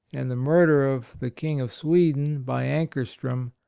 and the murder of the king of sweden, by ankerstrom,